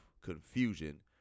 confusion